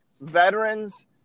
veterans